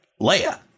Leia